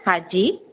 हा जी